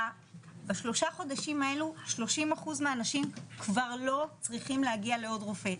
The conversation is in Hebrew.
בשלושה חודשים האלה 30 אחוז מהאנשים כבר לא צריכים להגיע לעוד רופא,